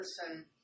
person